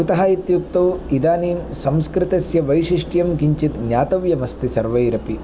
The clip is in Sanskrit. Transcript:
कुतः इत्युक्तौ इदानीं संस्कृतस्य वैशिष्ट्यं किञ्चित् ज्ञातव्यम् अस्ति सर्वैरपि